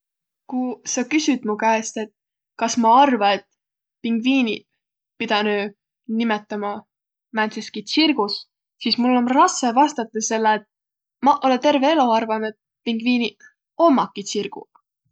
Ku sa küsüt mu käest, et kas ma arva, et pingviiniq pidänüq nimetämä määntseski tsirgus, sis mul om rassõ vastadaq, selle et maq olõ terve elo arvanuq, et pingviiniq ommaki tsirguq.